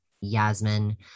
Yasmin